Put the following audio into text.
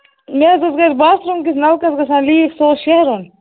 مےٚ حظ گژھِ باتھ روٗم کِس نَلکَس گژھان لیٖک سُہ حظ شیرُن